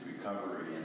Recovery